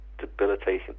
debilitating